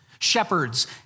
Shepherds